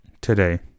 today